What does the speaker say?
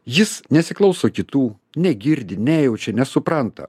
jis nesiklauso kitų negirdi nejaučia nesupranta